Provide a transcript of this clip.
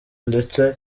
ndetse